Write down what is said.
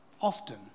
often